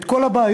את כל הבעיות,